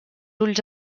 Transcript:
ulls